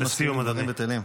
והם משכימים לדברים בטלים.